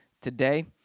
today